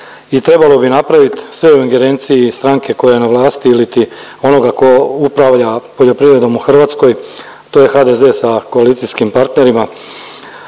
trebalo bi napravit, sve je u ingerenciji stranke koja je na vlasti iliti onoga ko upravlja poljoprivredom u Hrvatskoj, to je HDZ sa koalicijskim partnerima.